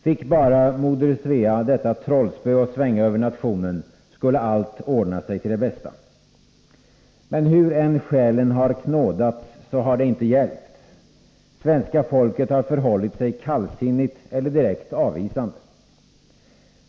Fick bara moder Svea detta trollspö att svänga över nationen skulle allt ordna sig till det bästa. Men hur än skälen knådats har det inte hjälpt. Svenska folket har förhållit sig kallsinnigt eller direkt avvisande.